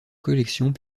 collections